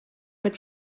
mit